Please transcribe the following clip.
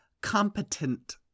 competent